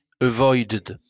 avoided